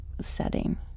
setting